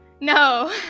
No